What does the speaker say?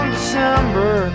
December